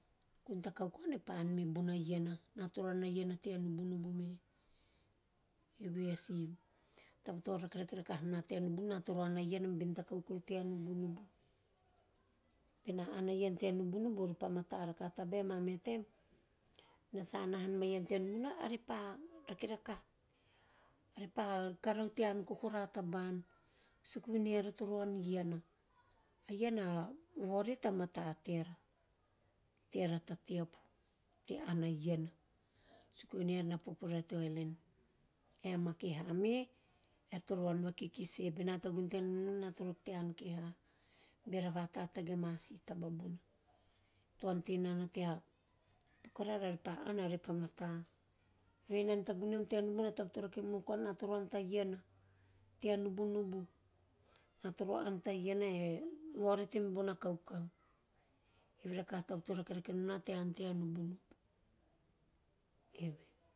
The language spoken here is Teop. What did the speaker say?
Ena toro ann a iana tea nubunubu. Eve a si taba to raerake rakaha nom na tea ann tea nubunubu. Bena ann a iana tea nubunubu ove pa mata rakaha tabae mameha ena sa ann hanom a iana tea nubunubu ena re pa rake rakaha, eara repa karahu tea ann kokora taba`an suku venei eana toro ann a iana. A iana a vaorete a mata teara ta teapu suku venei eara toro ann vakikis e, bena tagune tea nubunubu ena toro rake tea ann keha to ante nana tea paku arara are pa ann arepa mata. Evehe enana tagune nom tea nubunubu a faba to rake monohu koa nom na ena toro ann to iana, tea nubunubu. Ena toro ann ta iana ae vaorete e mibona kaukau, eve rakaha taba torakerakenom na tea ann tea nubunubu, eve.